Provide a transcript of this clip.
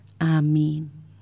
Amen